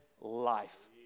life